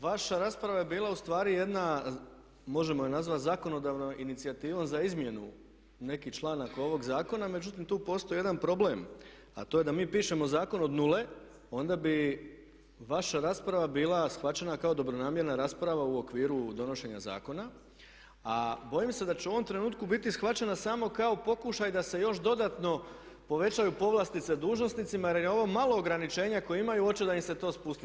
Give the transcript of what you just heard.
Vaša rasprava je bila ustvari jedna možemo je nazvati zakonodavnom inicijativom za izmjenu nekih članaka ovog zakona, međutim tu postoji jedan problem, a to je da mi pišemo zakon od nule onda bi vaša rasprava bila shvaćena kao dobronamjerna rasprava u okviru donošenja zakona, a bojim se da će u ovom trenutku biti shvaćena samo kao pokušaj da se još dodatno povećaju povlastice dužnosnicima jer i ovo malo ograničenja koja imaju hoće da im se to spusti.